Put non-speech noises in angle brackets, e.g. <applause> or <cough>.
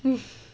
<noise>